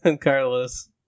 Carlos